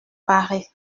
paraît